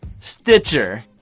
Stitcher